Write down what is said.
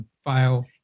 file